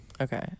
Okay